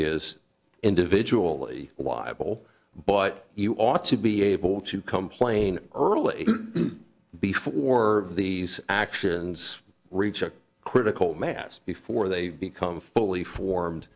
is individually wyvil but you ought to be able to complain early before these actions reach a critical mass before they become fully formed